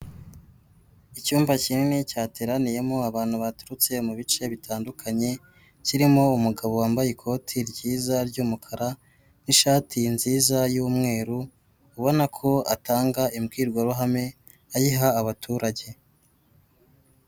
Icyumba kinini cyateraniyemo abantu baturutse mu bice bitandukanye kirimo umugabo wambaye ikoti ryiza ry'umukara n'ishati nziza y'umweru, ubona ko atanga imbwirwaruhame ayiha abaturage.